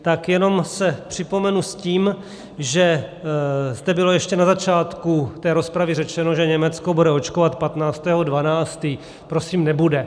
Tak jenom se připomenu s tím, že zde bylo ještě na začátku té rozpravy řečeno, že Německo bude očkovat 15. 12. Prosím, nebude.